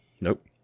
Nope